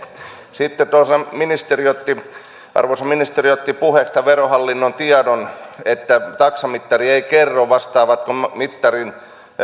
sitten tuossa arvoisa ministeri otti puheeksi tämän verohallinnon tiedon että taksamittari ei kerro vastaavatko mittarin